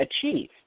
achieve